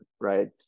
right